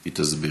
היא תסביר.